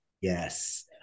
yes